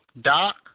Doc